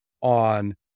on